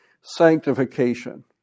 sanctification